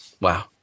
Wow